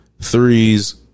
threes